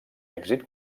èxit